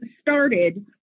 started